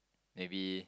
maybe